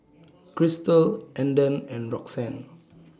Christel Andon and Roxann